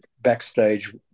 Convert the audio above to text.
backstage